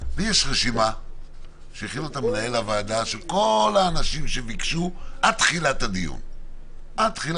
לי יש רשימה שהכין מנהל הוועדה של כל האנשים שביקשו בתחילת הדיון לדבר.